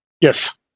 Yes